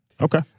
Okay